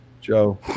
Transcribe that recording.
Joe